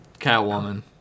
Catwoman